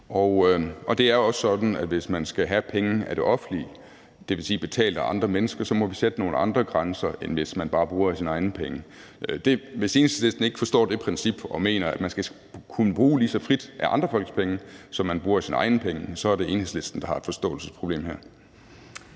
Og det er også sådan, at hvis man skal have penge af det offentlige, dvs. betalt af andre mennesker, må vi sætte nogle andre grænser, end hvis man bare bruger af sine egne penge. Hvis Enhedslisten ikke forstår det princip og mener, at man skal kunne bruge lige så frit af andre folk penge, som man bruger af sine egne penge, så er det Enhedslisten, der har et forståelsesproblem her.